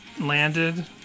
landed